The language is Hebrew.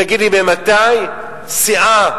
תגיד לי, מתי סיעה